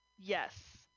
Yes